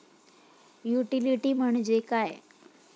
Utility म्हणजे काय?